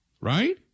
right